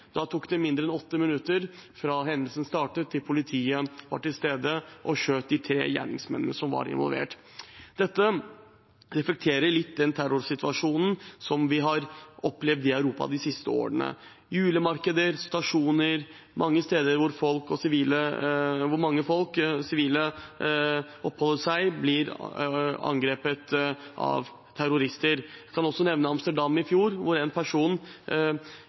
Da tok det mindre enn åtte minutter fra hendelsen startet, til politiet var til stede og skjøt de tre gjerningsmennene som var involvert. Dette reflekterer litt den terrorsituasjonen som vi har opplevd i Europa de siste årene. Julemarkeder, stasjoner, steder hvor mange sivile oppholder seg, blir angrepet av terrorister. Jeg kan også nevne Amsterdam i fjor, hvor en person